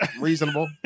reasonable